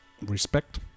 Respect